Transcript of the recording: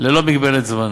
ללא מגבלת זמן.